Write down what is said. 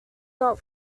not